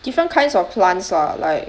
different kinds of plants ah like